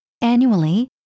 Annually